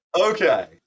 Okay